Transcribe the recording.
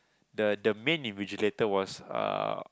the the main invigilator was uh